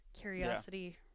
curiosity